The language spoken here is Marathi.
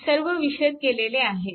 सर्व विशद केले आहेच